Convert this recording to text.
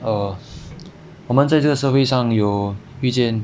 err 我们在这个社会上有遇见